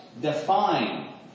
define